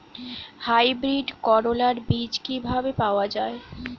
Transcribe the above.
Hybrid করলার বীজ কি পাওয়া যায়?